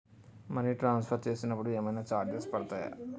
Money transfer చేసినప్పుడు ఏమైనా charges పడతయా?